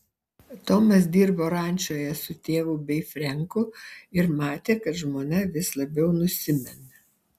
tomas dirbo rančoje su tėvu bei frenku ir matė kad žmona vis labiau nusimena